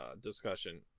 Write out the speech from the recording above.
discussion